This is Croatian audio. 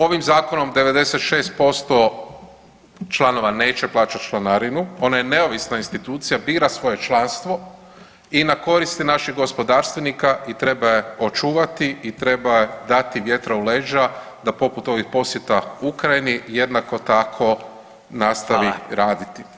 Ovim zakonom 96% članova neće plaćati članarinu, ona je neovisna institucija bira svoje članstvo i na koristi naših gospodarstvenika i treba je očuvati i treba joj dati vjetra u leđa da poput ovih posjeta Ukrajini jednako tako [[Upadica: Hvala.]] nastavi raditi.